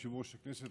יושב-ראש הכנסת,